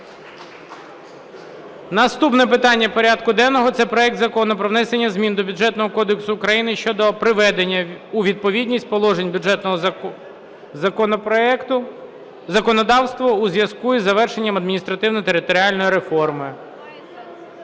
Наступне питання порядку денного – це проект Закону про внесення змін до Бюджетного кодексу України щодо приведення у відповідність положень бюджетного законодавства у зв'язку із завершенням адміністративно-територіальної реформи.